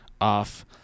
off